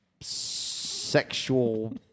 sexual